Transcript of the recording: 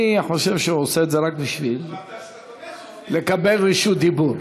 אני חושב שהוא עושה את זה רק בשביל לקבל רשות דיבור.